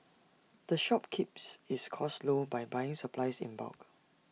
the shop keeps its costs low by buying supplies in bulk